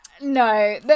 No